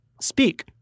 Speak